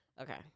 Okay